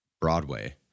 Broadway